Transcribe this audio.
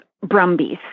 Brumbies